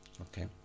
Okay